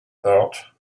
thought